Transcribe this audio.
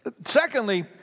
Secondly